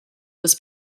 was